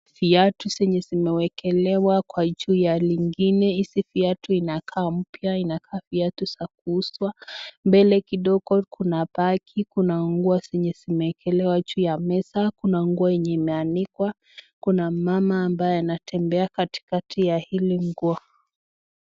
Viatu zenye zimewekelewa kwa juu ya ingine, hizi viatu inakaa mpya, inakaa viatu za kuuzwa. Mbele kidogo kuna bagi, kuna nguo zenye zimewekelewa juu ya meza, kuna nguo yenye imeanikwa, kuna mama ambaye anatembea katikati ya hili nguo.